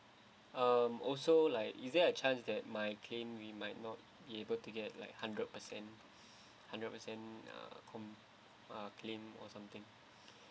um also like is there a chance that my claim we might not be able to get like hundred percent hundred percent uh com~ uh claim or something